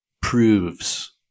proves